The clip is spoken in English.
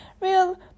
real